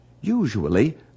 usually